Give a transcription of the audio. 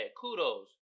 Kudos